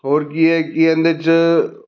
ਹੋਰ ਕੀ ਹੈ ਕਿ ਇਹਦੇ 'ਚ